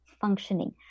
functioning